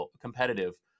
competitive